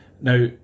Now